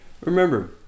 Remember